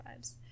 vibes